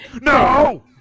No